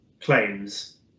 claims